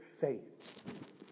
faith